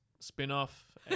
spin-off